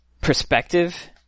perspective